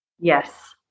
Yes